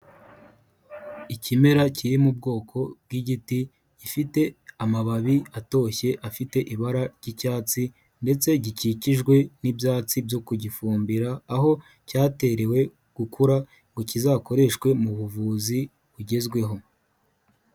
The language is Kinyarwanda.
Ikimera kiri mu bwoko bw'igiti gifite amababi atoshye afite ibara ry'icyatsi ndetse gikikijwe n'ibyatsi byo ku gifumbira aho cyaterewe gukura ngo kizakoreshwe mu buvuzi bugezweho.